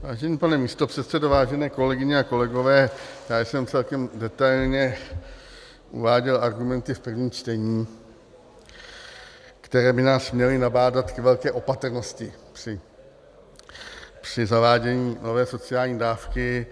Vážený pane místopředsedo, vážené kolegyně a kolegové, já jsem celkem detailně uváděl argumenty v prvním čtení, které by nás měly nabádat k velké opatrnosti při zavádění nové sociální dávky.